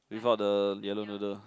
without the yellow noodle